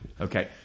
Okay